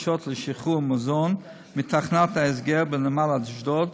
הבקשות לשחרור מזון מתחנת ההסגר בנמל אשדוד.